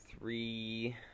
three